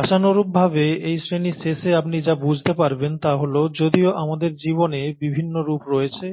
আশানুরূপভাবে এই শ্রেণীর শেষে আপনি যা বুঝতে পারবেন তা হল যদিও আমাদের জীবনে বিভিন্ন রূপ রয়েছে